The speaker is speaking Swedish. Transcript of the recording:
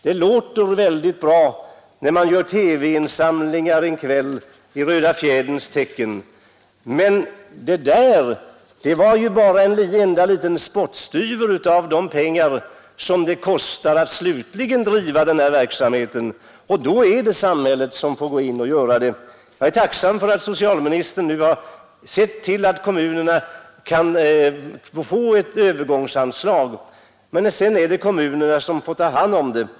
Det låter visserligen bra när man gör TV-insamling en kväll i Röda fjäderns tecken, men den insamlingen gav bara en spottstyver av vad det kostar att slutligen driva verksamheten. Då är det samhället som måste träda in och hjälpa till. Jag är tacksam för att socialministern nu har sett till att kommunerna erhåller ett övergångsanslag, men sedan är det kommunerna själva som får ta hand om verksamheten.